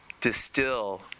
distill